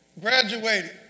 Graduated